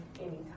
anytime